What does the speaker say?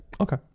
Okay